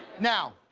now,